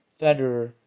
Federer